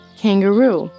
kangaroo